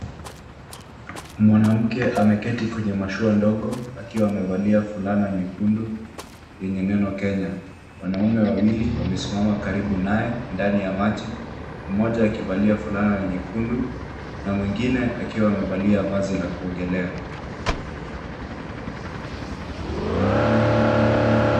Mwanamke ameketi kwenye mashua ndogo akiwa amevalia fulana nyekundu yenye neno Kenya. Wanaume wawili wamesimama karibu naye ndani ya maji, mmoja akivalia fulana nyekundu na mwingine akiwa amevalia vazi la kuogelea.